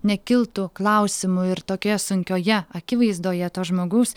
nekiltų klausimų ir tokioje sunkioje akivaizdoje to žmogaus